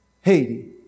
Haiti